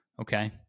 Okay